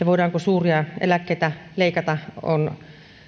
voidaanko suuria eläkkeitä leikata on